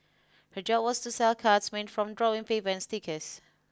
her job was to sell cards made from drawing paper and stickers